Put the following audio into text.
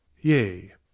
Yea